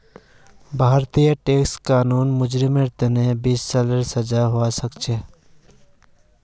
भारतेर टैक्स कानूनत मुजरिमक दी सालेर सजा हबा सखछे